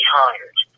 hired